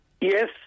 Yes